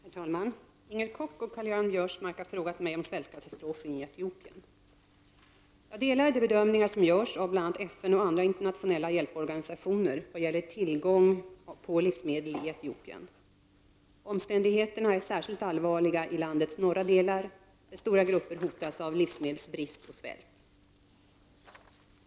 Herr talman! Inger Koch och Karl-Göran Biörsmark har frågat mig om svältkatastrofen i Etiopien. Jag delar de bedömningar som görs av bl.a. FN och andra internationella hjälporganisationer vad gäller tillgång på livsmedel i Etiopien. Omständigheterna är särskilt allvarliga i landets norra delar, där stora grupper hotas av livsmedelsbrist och svält.